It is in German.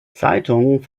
zeitungen